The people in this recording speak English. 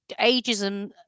ageism